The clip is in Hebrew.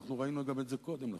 אנחנו ראינו את זה גם קודם לכן: